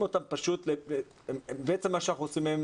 אותם פשוט בעצם מה שאנחנו עושים להם,